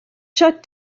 shut